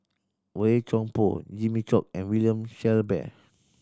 Boey Chuan Poh Jimmy Chok and William Shellabear